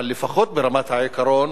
אבל לפחות ברמת העיקרון